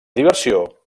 diversió